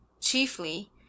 Chiefly